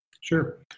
Sure